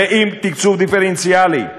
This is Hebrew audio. ועם תקצוב דיפרנציאלי,